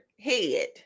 head